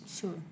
Sure